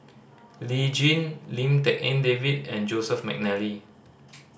Lee Jin Lim Tik En David and Joseph McNally